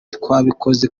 twabikoze